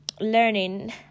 learning